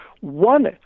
one